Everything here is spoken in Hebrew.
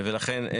לכן,